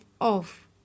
off